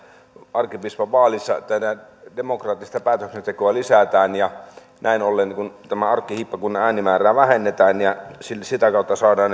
arkkipiispan vaalissa demokraattista päätöksentekoa lisätään näin ollen kun arkkihiippakunnan äänimäärää vähennetään ja sitä kautta saadaan